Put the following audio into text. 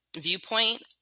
viewpoint